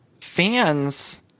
fans